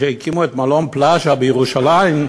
כשהקימו את מלון "פלאזה" בירושלים,